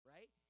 Right